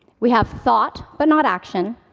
we have thought, but not action.